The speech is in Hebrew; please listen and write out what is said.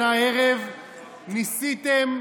ניסיתם,